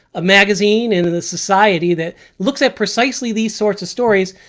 a magazine in the society that looks at precisely these sorts of stories,